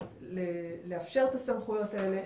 אז לאפשר את הסמכויות האלה,